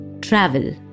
Travel